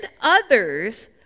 others